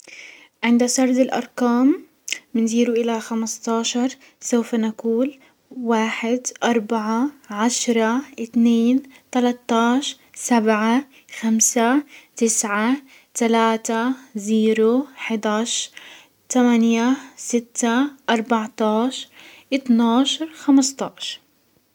عند سرد الارقام من زيرو الى خمسةعشر سوف نقول واحد، اربعة عشرة، اتنين، تلات عشر، سبعة، خمسة، تسعة، تلاتة، زيرو، حداش، تمانية، ستة، اربعةعشر، اتناشر، خمسةعشر.